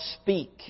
speak